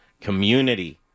community